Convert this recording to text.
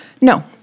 no